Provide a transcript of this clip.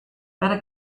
better